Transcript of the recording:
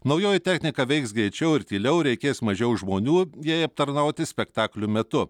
naujoji technika veiks greičiau ir tyliau reikės mažiau žmonių jai aptarnauti spektaklių metu